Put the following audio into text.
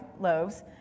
loaves